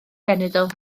genedl